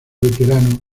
veterano